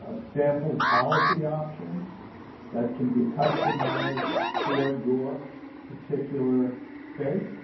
ah sample policy options that can be customized for your particular state